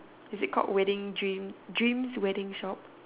is it called wedding dream dreams wedding shop